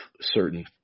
certain